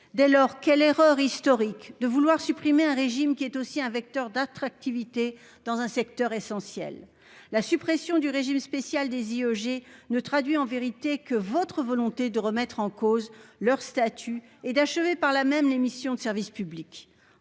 Dès lors, quelle erreur historique que de vouloir supprimer un régime qui est aussi un vecteur d'attractivité dans un secteur essentiel ! La suppression du régime spécial des IEG ne traduit, en vérité, que votre volonté de remettre en cause leur statut et d'achever, par là même, les missions de service public.